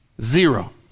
Zero